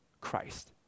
Christ